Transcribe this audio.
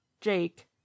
Jake